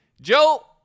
Joe